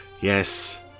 yes